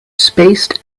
spaced